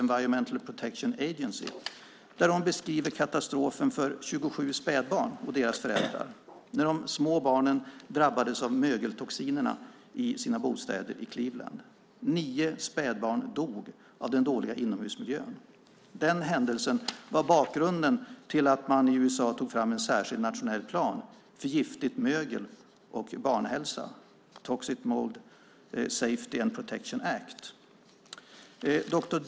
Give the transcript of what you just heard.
Environmental Protection Agency, där de beskriver katastrofen för 27 spädbarn och deras föräldrar. De små barnen i Cleveland drabbades av mögeltoxinerna i sina bostäder. Nio spädbarn dog av den dåliga inomhusmiljön. Denna händelse var bakgrunden till att man i USA tog fram en särskild nationell plan för giftigt mögel och barnhälsa, Toxic Mold Safety and Protection Act. Dr.